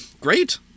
Great